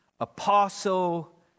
Apostle